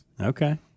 Okay